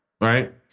right